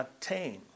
attain